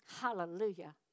Hallelujah